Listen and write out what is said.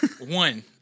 One